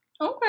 Okay